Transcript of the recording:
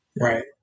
Right